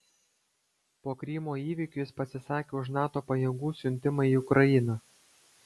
po krymo įvykių jis pasisakė už nato pajėgų siuntimą į ukrainą